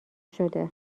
شده